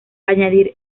añadir